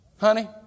Honey